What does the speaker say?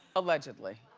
allegedly.